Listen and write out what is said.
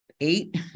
eight